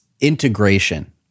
integration